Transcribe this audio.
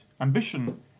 ambition